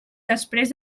després